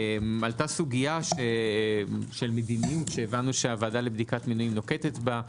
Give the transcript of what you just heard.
- סוגית מדיניות שהבנו שהוועדה לבדיקת מינויים נוקטת בה,